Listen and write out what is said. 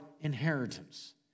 Inheritance